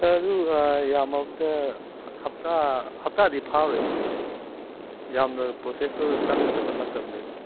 ꯁꯥꯔ ꯑꯗꯨ ꯌꯥꯝꯃꯕꯗ ꯍꯞꯇꯥ ꯍꯞꯇꯥꯗꯤ ꯐꯥꯔꯣꯏꯗ ꯑꯗꯨꯝ ꯌꯥꯝꯅ ꯄ꯭ꯔꯣꯁꯦꯁꯇꯨ ꯆꯪꯒꯗꯕ ꯅꯠꯇꯕꯅꯤꯅ